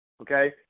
Okay